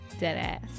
Deadass